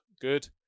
good